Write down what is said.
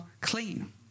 clean